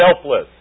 helpless